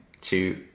two